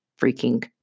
freaking